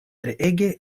treege